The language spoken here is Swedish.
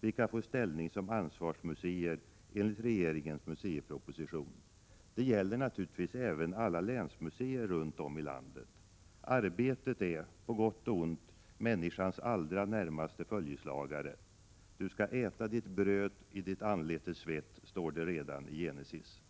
vilka får ställning som ansvarsmuseer enligt regeringens museiproposition. Det gäller givetvis alla länsmuseer runt om i landet. Arbetet är, på gott och ont, människans allra närmaste följeslagare. ”Du skall äta ditt bröd i ditt anletes svett” står det redan i 175 Genesis.